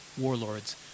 warlords